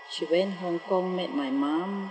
she went hong kong met my mum